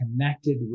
connected